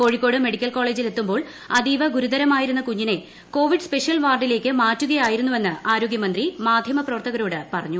Kozhikode medical കോളേജിൽ എത്തുമ്പോൾ അതീവ ഗുരുതരാവസ്ഥയിലായിരുന്ന കുഞ്ഞിനെ കോവിഡ് സ്പെഷ്യൽ വാർഡിലേയ്ക്ക് മാറ്റുകയായിരുന്നുവെന്ന് ആരോഗ്യമന്ത്രി മാധ്യമപ്രവർത്തകരോട് പറഞ്ഞു